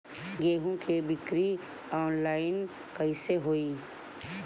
गेहूं के बिक्री आनलाइन कइसे होई?